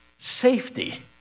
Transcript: safety